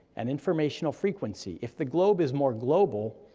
and informational frequency, if the globe is more global,